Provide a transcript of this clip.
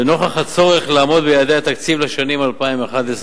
ונוכח הצורך לעמוד ביעדי התקציב לשנים 2012-2011,